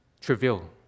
trivial